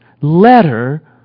letter